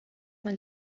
man